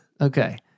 Okay